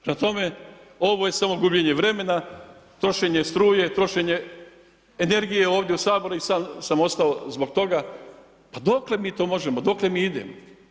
Prema tome, ovo je samo gubljenje vremena, trošenje struje, trošenje energije ovdje u saboru i sad sam ostao zbog toga, pa dokle mi to možemo, dokle mi idemo.